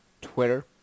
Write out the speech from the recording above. Twitter